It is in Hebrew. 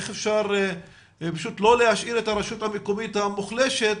איך אפשר לא להשאיר את הרשות המקומית המוחלשת